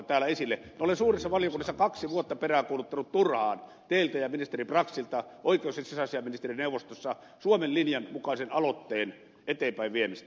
minä olen suuressa valiokunnassa kaksi vuotta peräänkuuluttanut turhaan teiltä ja ministeri braxilta oikeus ja sisäasiainministerineuvostossa suomen linjan mukaisen aloitteen eteenpäinviemistä